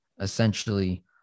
essentially